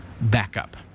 backup